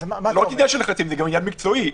זה גם עניין מקצועי.